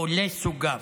או לסוגיו.